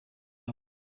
abo